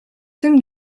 tym